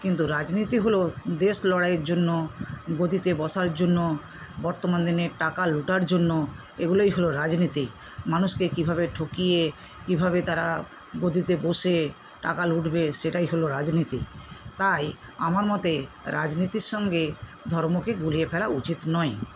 কিন্তু রাজনীতি হল দেশ লড়াইয়ের জন্য গদিতে বসার জন্য বর্তমান দিনে টাকা লুটার জন্য এগুলোই হল রাজনীতি মানুষকে কিভাবে ঠকিয়ে কিভাবে তারা গদিতে বসে টাকা লুটবে সেটাই হল রাজনীতি তাই আমার মতে রাজনীতির সঙ্গে ধর্মকে গুলিয়ে ফেলা উচিত নয়